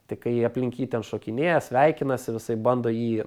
tai kai aplink jį ten šokinėja sveikinasi visaip bando jį